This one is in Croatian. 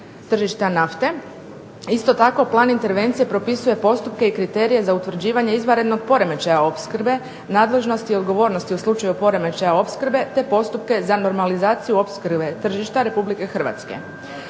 nafte. Isto tako plan intervencije propisuje postupke i kriterije za utvrđivanje izvanrednog poremećaja opskrbe nadležnosti i odgovornosti u slučaju poremećaja opskrbe, te postupke za normalizaciju opskrbe tržišta Republike Hrvatske.